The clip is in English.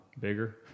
bigger